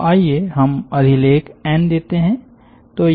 तो आइए हम अधिलेख एन देते हैं